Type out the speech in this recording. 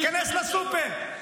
תיכנס לסופר,